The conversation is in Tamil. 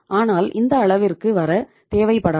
ஆனால் இந்த அளவிற்கு வர தேவைப்படாது